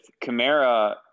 Kamara